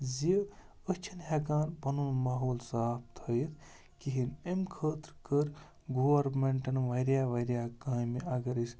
زِ أسۍ چھِنہٕ ہٮ۪کان پَنُن ماحول صاف تھٲیِتھ کِہیٖنۍ اَمہِ خٲطرٕ کٔر گورمٮ۪نٛٹَن واریاہ واریاہ کامہِ اگر أسۍ